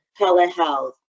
telehealth